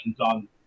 on